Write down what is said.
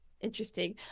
Interesting